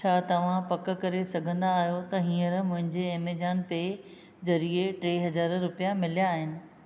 छा तव्हां पकु करे सघंदा आहियो त हींअर मुंहिंजे ऐमजॉन पे ज़रिए टे हज़ार रुपिया मिलिया आहिनि